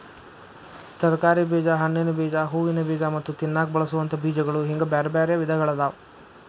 ತರಕಾರಿ ಬೇಜ, ಹಣ್ಣಿನ ಬೇಜ, ಹೂವಿನ ಬೇಜ ಮತ್ತ ತಿನ್ನಾಕ ಬಳಸೋವಂತ ಬೇಜಗಳು ಹಿಂಗ್ ಬ್ಯಾರ್ಬ್ಯಾರೇ ವಿಧಗಳಾದವ